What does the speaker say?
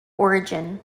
origin